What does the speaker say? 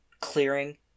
clearing